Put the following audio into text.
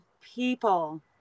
people